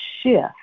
shift